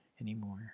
anymore